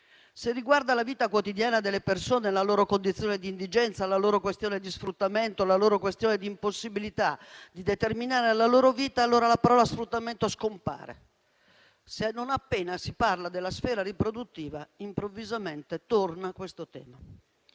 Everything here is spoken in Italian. Se riguarda la vita quotidiana delle persone, la loro condizione di indigenza, di sfruttamento e di impossibilità di determinare alla loro vita, allora la parola sfruttamento scompare. Non appena si parla della sfera riproduttiva, improvvisamente questo tema